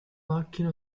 macchina